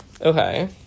Okay